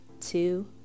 two